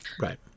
right